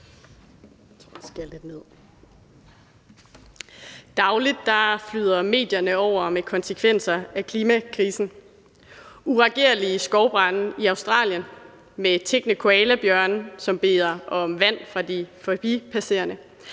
Dagligt flyder medierne over med konsekvenser af klimakrisen: uregerlige skovbrande i Australien med tiggende koalabjørne, som beder om vand fra de forbipasserende;